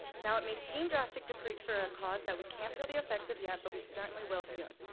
now it may seem drastic to preach for a cause that we can't feel the effects of yet, but we certainly will soon.